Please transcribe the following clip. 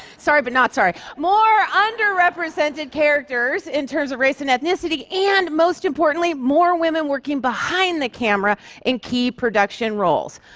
sorry but not sorry. more underrepresented characters in terms of race and ethnicity, and most importantly, more women working behind the camera in key production roles.